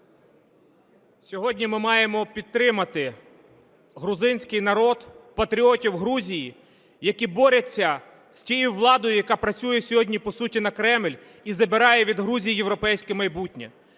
Сьогодні ми маємо підтримати грузинський народ, патріотів Грузії, які борються з тією владою, яка працює сьогодні, по суті, на Кремль і забирає від Грузії європейське майбутнє.